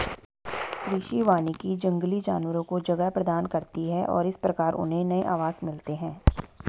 कृषि वानिकी जंगली जानवरों को जगह प्रदान करती है और इस प्रकार उन्हें नए आवास मिलते हैं